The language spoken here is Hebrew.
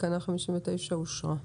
תקנה 59 אושרה פה-אחד.